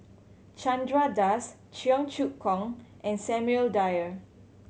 Chandra Das Cheong Choong Kong and Samuel Dyer